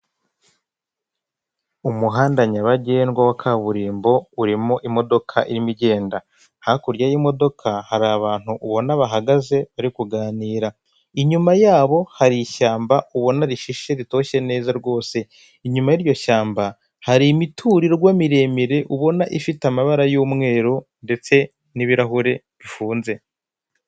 Umuhanda nyabagendwa wa kaburimbo urimo imodoka irimo igenda, hakurya y'imodoka hari abantu ubona bahagaze bari kuganira, inyuma yabo hari ishyamba ubona rishishe ritoshye neza rwose, inyuma yi'iryo shyamba hari imiturirwa miremire ubona ifite amabara y'umweru ndetse n'ibirahure bifunze.